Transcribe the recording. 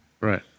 Right